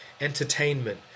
entertainment